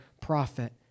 prophet